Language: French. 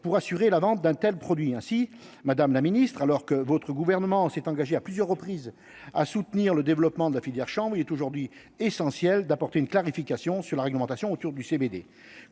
pour assurer la vente d'un tel produit ainsi, madame la ministre, alors que votre gouvernement s'est engagé à plusieurs reprises à soutenir le développement de la filière chambre, il est aujourd'hui essentiel d'apporter une clarification sur la réglementation autour du CBD,